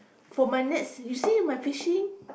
for my nets you see my fishing